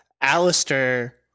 Alistair